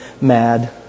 mad